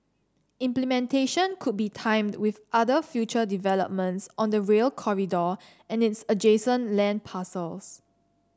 implementation could be timed with other future developments on the Rail Corridor and its adjacent land parcels